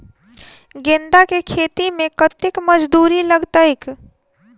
गेंदा केँ खेती मे कतेक मजदूरी लगतैक?